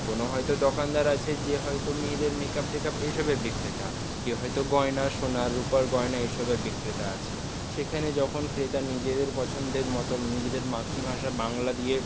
কোনো হয়তো দোকানদার আছে যে হয়তো মেয়েদের মেকআপ টেকাপ এসবের বিক্রেতা কেউ হয়তো গয়না সোনার রূপার গয়না এসবের বিক্রেতা আছে সেখানে যখন ক্রেতা নিজেদের পছন্দের মতো নিজেদের মাতৃভাষা বাংলা দিয়ে